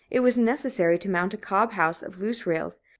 it was necessary to mount a cob-house of loose rails,